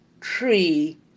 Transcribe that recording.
tree